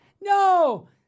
No